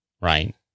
right